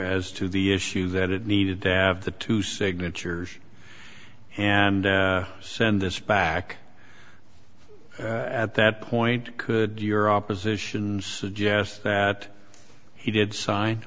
as to the issue that it needed that have the two signatures and send this back at that point could your opposition suggest that he did sign